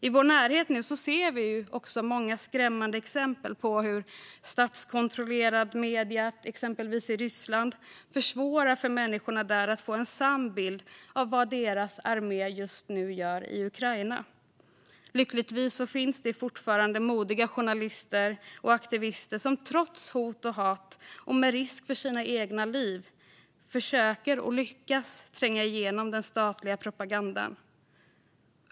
I vår närhet ser vi nu också många skrämmande exempel på hur statskontrollerade medier, exempelvis i Ryssland, försvårar för människorna där att få en sann bild av vad deras armé gör just nu i Ukraina. Lyckligtvis finns det fortfarande modiga journalister och aktivister som trots hot och hat och med risk för sina egna liv försöker, och lyckas, tränga igenom den statliga propagandan.